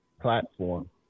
platform